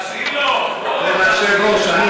אדוני היושב-ראש,